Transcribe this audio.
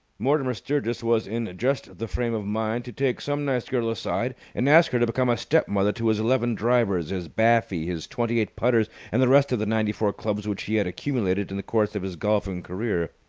mortimer sturgis was in just the frame of mind to take some nice girl aside and ask her to become a step-mother to his eleven drivers, his baffy, his twenty-eight putters, and the rest of the ninety-four clubs which he had accumulated in the course of his golfing career.